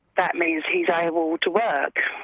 that means he is able to work.